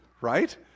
Right